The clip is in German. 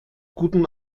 guten